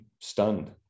stunned